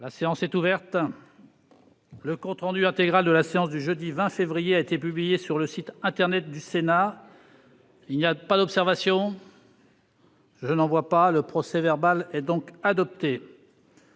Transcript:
La séance est ouverte. Le compte rendu intégral de la séance du jeudi 20 février 2020 a été publié sur le site internet du Sénat. Il n'y a pas d'observation ?... Le procès-verbal est adopté.